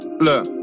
Look